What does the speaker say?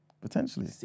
Potentially